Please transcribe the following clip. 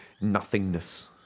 nothingness